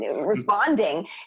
responding